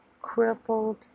crippled